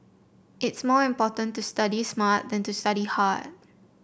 it's more important to study smart than to study hard